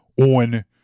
on